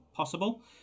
Possible